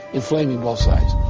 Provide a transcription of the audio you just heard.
inflaming both sides.